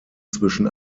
zwischen